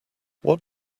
what